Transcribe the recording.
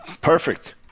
Perfect